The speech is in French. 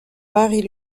marie